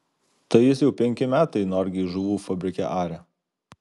tai jis jau penki metai norgėj žuvų fabrike aria